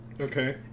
okay